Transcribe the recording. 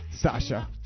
Sasha